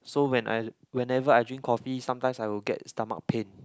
so when I whenever I drink coffee sometimes I will get stomach pain